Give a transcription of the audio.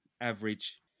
average